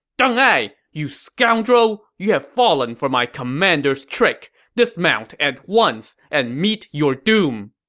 deng ai, you scoundrel! you have fallen for my commander's trick! dismount at once and meet your doom!